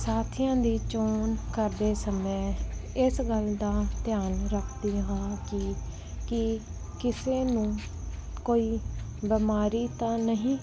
ਸਾਥੀਆਂ ਦੀ ਚੋਣ ਕਰਦੇ ਸਮੇਂ ਇਸ ਗੱਲ ਦਾ ਧਿਆਨ ਰੱਖਦੀ ਹਾਂ ਕਿ ਕਿ ਕਿਸੇ ਨੂੰ ਕੋਈ ਬਿਮਾਰੀ ਤਾਂ ਨਹੀਂ